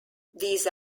these